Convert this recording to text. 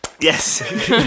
yes